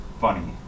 funny